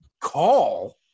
call